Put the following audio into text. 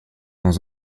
dans